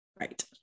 right